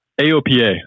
AOPA